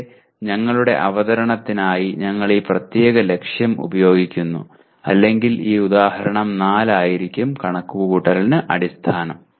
ഇവിടെ ഞങ്ങളുടെ അവതരണത്തിനായി ഞങ്ങൾ ഈ പ്രത്യേക ലക്ഷ്യം ഉപയോഗിക്കുന്നു അല്ലെങ്കിൽ ഈ ഉദാഹരണം 4 ആയിരിക്കും കണക്കുകൂട്ടലിന് അടിസ്ഥാനം